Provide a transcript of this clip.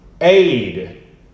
aid